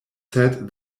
said